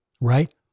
right